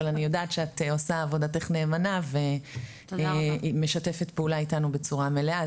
אבל אני יודעת שאת עושה את עבודתך נאמנה ומשתפת פעולה איתנו בצורה מלאה,